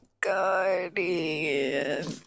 Guardian